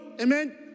amen